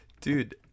Dude